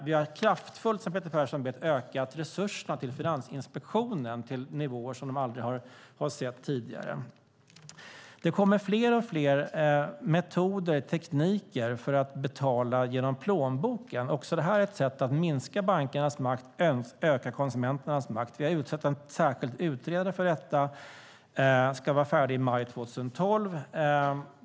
Vi har, som Peter Persson vet, ökat resurserna kraftigt till Finansinspektionen, till nivåer som de aldrig varit på tidigare. Det kommer fler och fler metoder och tekniker för att betala med plånboken. Också det är ett sätt att minska bankernas makt och öka konsumenternas makt. Vi har utsett en särskild utredare för detta som ska vara färdig i maj 2012.